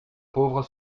pauvres